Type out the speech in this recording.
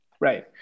Right